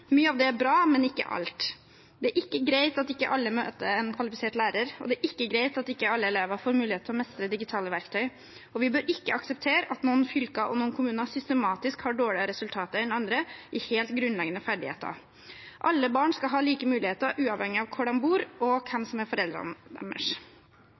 Mye av det er bra, men ikke alt. Det er ikke greit at ikke alle møter en kvalifisert lærer, og det er ikke greit at ikke alle elever får mulighet til å mestre digitale verktøy. Vi bør ikke akseptere at noen fylker og noen kommuner systematisk har dårligere resultater enn andre i helt grunnleggende ferdigheter. Alle barn skal ha like muligheter, uavhengig av hvor de bor og